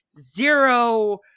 zero